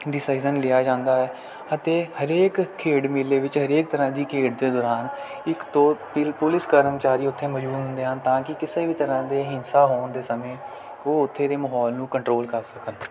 decision ਲਿਆ ਜਾਂਦਾ ਹੈ ਅਤੇ ਹਰੇਕ ਖੇਡ ਮੇਲੇ ਵਿੱਚ ਹਰੇਕ ਤਰ੍ਹਾਂ ਦੀ ਖੇਡ ਦੇ ਦੌਰਾਨ ਇੱਕ ਦੋ ਪੁਲਿਸ ਕਰਮਚਾਰੀ ਉੱਥੇ ਮੌਜੂਦ ਹੁੰਦੇ ਹਨ ਤਾਂ ਕਿ ਕਿਸੇ ਵੀ ਤਰ੍ਹਾਂ ਦੇ ਹਿੰਸਾ ਹੋਣ ਦੇ ਸਮੇਂ ਉਹ ਉੱਥੇ ਦੇ ਮਾਹੌਲ ਨੂੰ ਕੰਟਰੋਲ ਕਰ ਸਕਣ